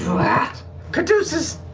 caduceus,